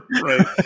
Right